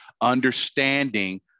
Understanding